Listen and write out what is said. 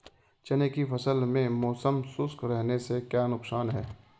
चने की फसल में मौसम शुष्क रहने से क्या नुकसान है?